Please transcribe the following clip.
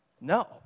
No